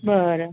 बरं